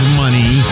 money